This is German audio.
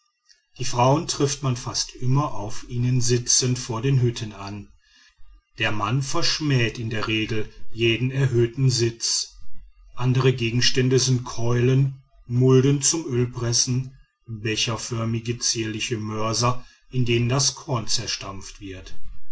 die frauen trifft man fast immer auf ihnen sitzend vor den hütten an der mann verschmäht in der regel jeden erhöhten sitz andere gegenstände sind keulen mulden zum ölpressen becherförmige zierliche mörser in denen das korn zerstampft wird